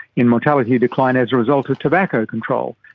in mortality decline as a result of tobacco control.